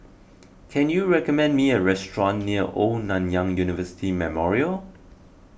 can you recommend me a restaurant near Old Nanyang University Memorial